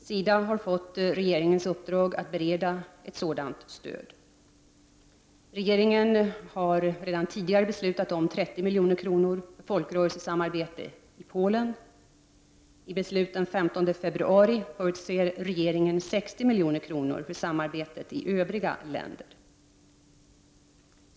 SIDA har fått regeringens uppdrag att bereda ett sådant stöd. Regeringen har redan tidigare beslutat om 30 milj.kr. för folkrörelsesamarbete i Polen. I beslut den 15 februari förutser regeringen 60 milj.kr. för samarbetet i övriga länder.